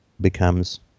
becomes